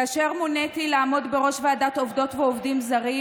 כאשר מוניתי לעמוד בראש ועדת עובדות ועובדים זרים,